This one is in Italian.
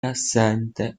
assente